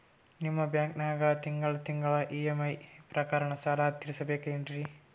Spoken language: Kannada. ನಿಮ್ಮ ಬ್ಯಾಂಕನಾಗ ತಿಂಗಳ ತಿಂಗಳ ಇ.ಎಂ.ಐ ಪ್ರಕಾರನ ಸಾಲ ತೀರಿಸಬೇಕೆನ್ರೀ?